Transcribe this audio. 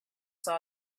saw